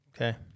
Okay